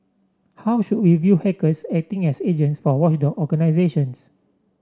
how should we view hackers acting as agents for watchdog organisations